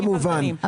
זה מובן.